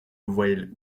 voyelle